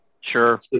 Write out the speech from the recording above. Sure